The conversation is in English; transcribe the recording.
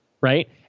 right